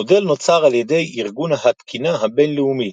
המודל נוצר על ידי ארגון התקינה הבין-לאומי